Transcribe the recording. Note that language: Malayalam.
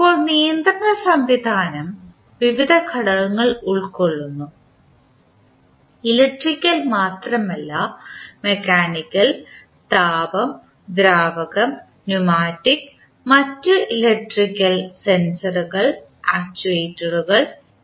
ഇപ്പോൾ നിയന്ത്രണ സംവിധാനം വിവിധ ഘടകങ്ങൾ ഉൾക്കൊള്ളുന്നു ഇലക്ട്രിക്കൽ മാത്രമല്ല മെക്കാനിക്കൽ താപ ദ്രാവകം ന്യൂമാറ്റിക് മറ്റ് ഇലക്ട്രിക്കൽ സെൻസറുകൾ ആക്ചുവേറ്ററുകൾ എന്നിവയും